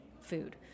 food